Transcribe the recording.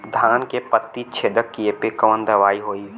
धान के पत्ती छेदक कियेपे कवन दवाई होई?